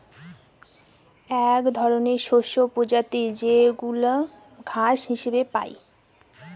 এক ধরনের শস্যের প্রজাতি যেইগুলা ঘাস হিসেবে পাই